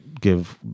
give